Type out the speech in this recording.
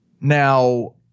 Now